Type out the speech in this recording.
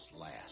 last